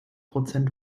prozent